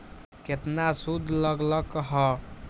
केतना सूद लग लक ह?